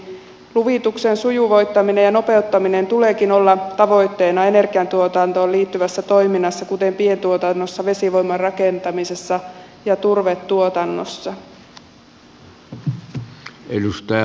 luvituksen sujuvoittamisen ja nopeuttamisen tuleekin olla tavoitteena energiantuotantoon liittyvässä toiminnassa kuten pientuotannossa vesivoiman rakentamisessa ja turvetuotannossa